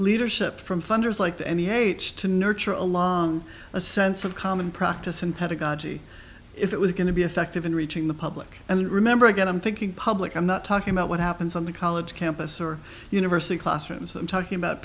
leadership from funders like any age to nurture a lot a sense of common practice and pedagogic if it was going to be effective in reaching the public and remember again i'm thinking public i'm not talking about what happens on the college campus or university classrooms i'm talking about